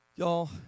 Y'all